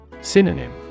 Synonym